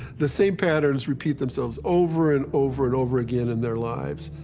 the same patterns repeat themselves over and over and over again in their lives.